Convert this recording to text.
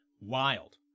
wild